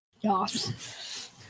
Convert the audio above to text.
Yes